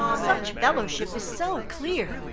such fellowship is so clear.